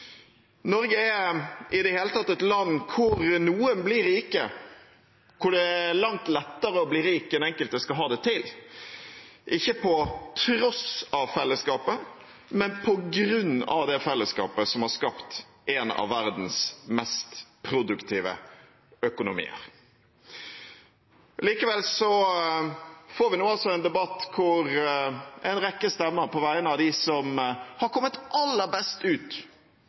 Norge er i det hele tatt et land hvor noen blir rike, og hvor det er langt lettere å bli rik enn enkelte skal ha det til – ikke på tross av fellesskapet, men på grunn av det fellesskapet som har skapt en av verdens mest produktive økonomier. Likevel får vi nå altså en debatt hvor en rekke stemmer på vegne av dem som har kommet aller best ut